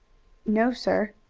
no, sir.